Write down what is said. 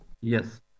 Yes